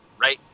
right